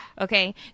okay